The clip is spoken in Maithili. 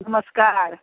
नमस्कार